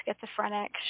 schizophrenic